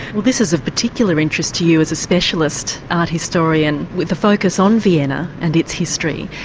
well this is of particular interest to you as a specialist art historian with a focus on vienna and its history.